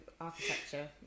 architecture